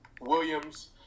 Williams